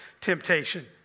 temptation